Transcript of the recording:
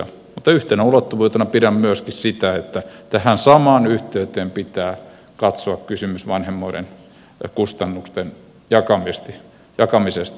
mutta yhtenä ulottuvuutena pidän myöskin sitä että tähän samaan yhteyteen pitää katsoa kysymys vanhemmuuden kustannusten jakamisesta